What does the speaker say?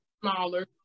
smaller